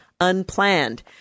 Unplanned